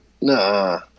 Nah